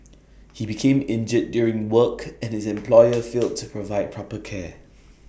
he became injured during work and his employer failed to provide proper care